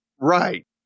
Right